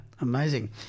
amazing